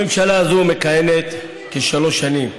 הממשלה הזאת קיימת כשלוש שנים,